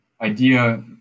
idea